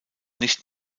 nicht